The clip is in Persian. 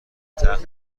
تخت